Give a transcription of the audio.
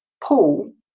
Paul